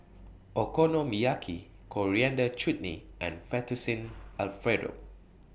Okonomiyaki Coriander Chutney and Fettuccine Alfredo